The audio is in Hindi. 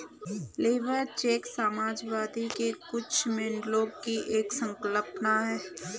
लेबर चेक समाजवाद के कुछ मॉडलों की एक संकल्पना है